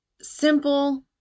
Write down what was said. simple